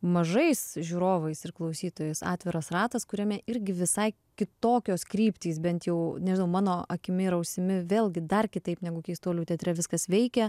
mažais žiūrovais ir klausytojais atviras ratas kuriame irgi visai kitokios kryptys bent jau nežinau mano akimi ir ausimi vėlgi dar kitaip negu keistuolių teatre viskas veikia